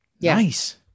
Nice